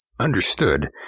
Understood